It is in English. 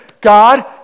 God